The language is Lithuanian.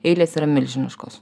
eilės yra milžiniškos